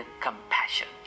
compassion